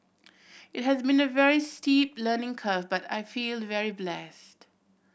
it has been a very steep learning curve but I feel very blessed